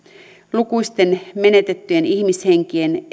lukuisten menetettyjen ihmishenkien